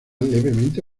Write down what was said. levemente